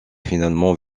finalement